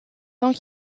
temps